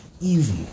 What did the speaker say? easy